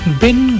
bin